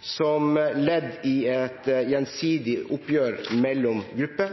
som ledd i et gjensidig oppgjør mellom grupper.